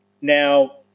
now